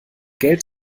geld